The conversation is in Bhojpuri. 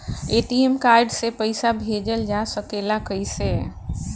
ए.टी.एम कार्ड से पइसा भेजल जा सकेला कइसे?